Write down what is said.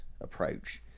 approach